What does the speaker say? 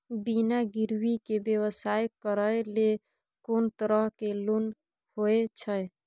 बिना गिरवी के व्यवसाय करै ले कोन तरह के लोन होए छै?